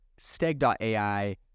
Steg.ai